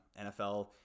NFL